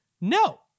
no